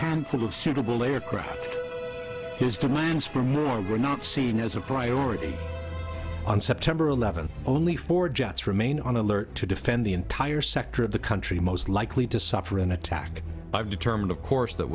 handful of suitable a across his demands for more were not seen as a priority on september eleventh only four jets remain on alert to defend the entire sector of the country most likely to suffer an attack i've determined of course that